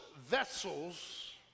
vessels